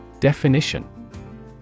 Definition